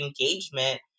engagement